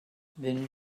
then